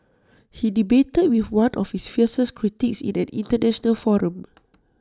he debated with one of his fiercest critics in an International forum